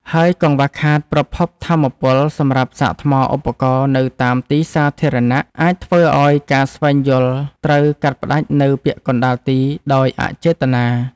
ហើយកង្វះខាតប្រភពថាមពលសម្រាប់សាកថ្មឧបករណ៍នៅតាមទីសាធារណៈ អាចធ្វើឱ្យការស្វែងយល់ត្រូវកាត់ផ្ដាច់នៅពាក់កណ្ដាលទីដោយអចេតនា។